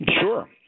Sure